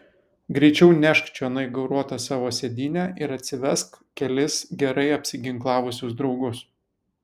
greičiau nešk čionai gauruotą savo sėdynę ir atsivesk kelis gerai apsiginklavusius draugus